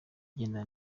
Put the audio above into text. igenda